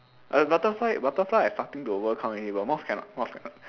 uh butterfly butterfly I fucking overcome already but moth cannot moth cannot